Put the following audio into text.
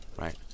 right